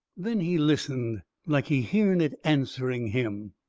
then he listened like he hearn it answering him.